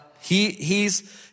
he—he's